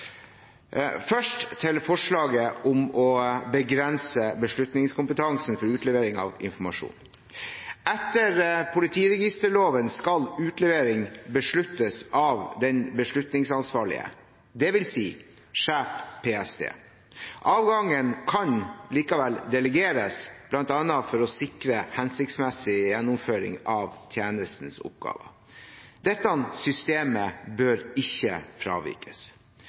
først til forslaget om å avgrense beslutningskompetansen for utlevering av informasjon. Etter politiregisterloven skal utlevering besluttes av den beslutningsansvarlige, det vil si sjef PST. Avgangen kan likevel delegeres, bl.a. for å sikre hensiktsmessig gjennomføring av tjenestens oppgaver. Dette systemet bør ikke fravikes.